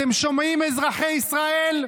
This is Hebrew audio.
אתם שומעים, אזרחי ישראל?